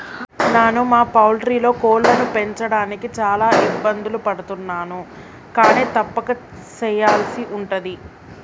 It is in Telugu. నాను మా పౌల్ట్రీలో కోళ్లను పెంచడానికి చాన ఇబ్బందులు పడుతున్నాను కానీ తప్పక సెయ్యల్సి ఉంటది